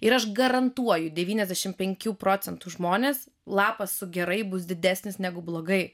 ir aš garantuoju devyniasdešimt penkių procentų žmonės lapas su gerai bus didesnis negu blogai